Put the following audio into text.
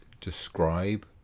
describe